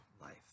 life